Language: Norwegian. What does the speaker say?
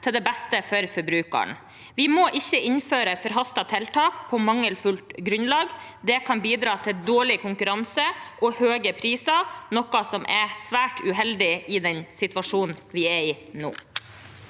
til beste for forbrukeren. Vi må ikke innføre forhastede tiltak på mangelfullt grunnlag. Det kan bidra til dårlig konkurranse og høye priser, noe som er svært uheldig i den situasjonen vi er i nå.